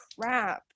crap